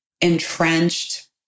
entrenched